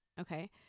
Okay